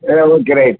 ah okay right